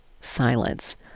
silence